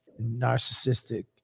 narcissistic